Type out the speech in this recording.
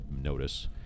notice